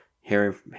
hearing